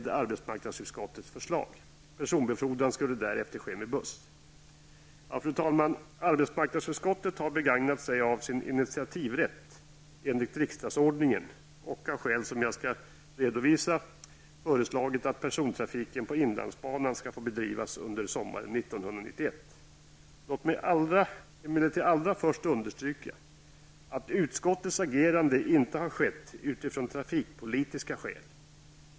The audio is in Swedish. Arbetsmarknadsutskottet har begagnat sig av sin initiativrätt enligt riksdagsordningen och -- av skäl som jag skall redovisa -- föreslagit att persontrafiken på inlandsbanan skall få bedrivas under sommaren Låt mig emellertid allra först understryka att utskottets agerande inte har skett av trafikpolitiska skäl.